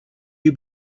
you